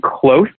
close